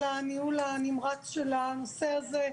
על הניהול הנמרץ של הנושא הזה.